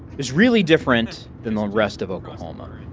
is really different than the rest of oklahoma,